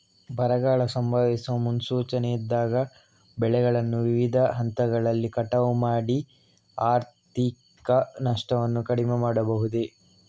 ಬರಗಾಲ ಸಂಭವಿಸುವ ಮುನ್ಸೂಚನೆ ಇದ್ದಾಗ ಬೆಳೆಗಳನ್ನು ವಿವಿಧ ಹಂತದಲ್ಲಿ ಕಟಾವು ಮಾಡಿ ಆರ್ಥಿಕ ನಷ್ಟವನ್ನು ಕಡಿಮೆ ಮಾಡಬಹುದೇ?